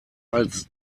als